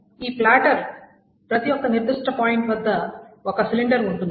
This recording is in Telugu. ఈ ప్లాటర్ ప్రతి ఒక నిర్దిష్ట పాయింట్ వద్ద ఒక సిలిండర్ ఉంటుంది